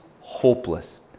hopeless